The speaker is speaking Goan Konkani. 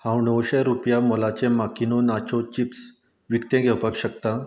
हांव णवशे रुपया मोलाचे माकिनो नाचो चिप्स विकते घेवपाक शकता